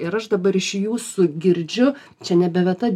ir aš dabar iš jūsų girdžiu čia nebe vieta